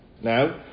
Now